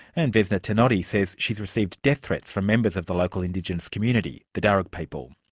and vesna tenodi says she has received death threats from members of the local indigenous community, the darug people.